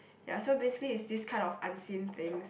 ya so basically it's this kind of unseen things